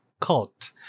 cult